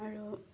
আৰু